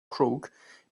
crook